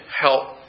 help